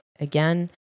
Again